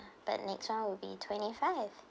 but next one will be twenty five